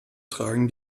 tragen